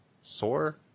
sore